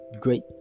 Great